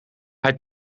hij